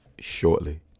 shortly